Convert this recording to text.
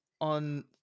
on